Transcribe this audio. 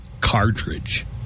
cartridge